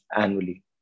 annually